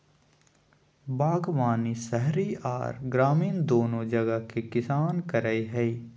बागवानी शहरी आर ग्रामीण दोनो जगह के किसान करई हई,